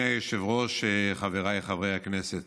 היושב-ראש, חבריי חברי הכנסת,